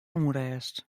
ûnrêst